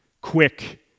quick